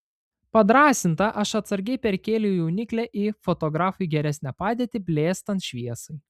padrąsinta aš atsargiai perkėliau jauniklę į fotografui geresnę padėtį blėstant šviesai